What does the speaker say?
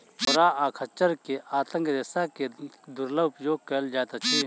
घोड़ा आ खच्चर के आंतक रेशा के दुर्लभ उपयोग कयल जाइत अछि